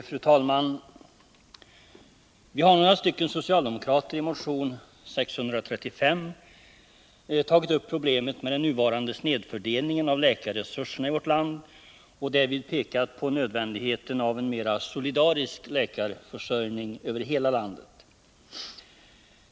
Fru talman! Vi har, några stycken socialdemokrater, i motion 635 tagit upp problemet med den nuvarande snedfördelningen av läkarresurserna i vårt land och därvid pekat på nödvändigheten av en mera solidarisk läkarförsörjning över hela landet.